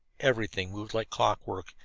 everything moved like clockwork,